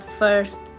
first